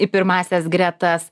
į pirmąsias gretas